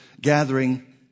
gathering